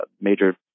major